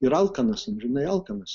ir alkanas amžinai alkanas